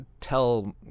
tell